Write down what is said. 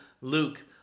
Luke